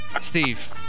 Steve